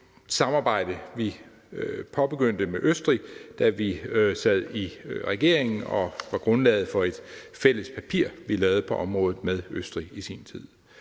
samarbejde, vi påbegyndte med Østrig, da vi sad i regering, og grundlaget for et fælles papir, vi lavede på området med Østrig i sin tid.